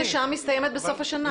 הוראת השעה מסתיימת בסוף השנה.